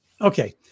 Okay